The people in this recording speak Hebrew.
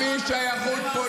יש לי שמות, לפי שייכות פוליטית.